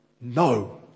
no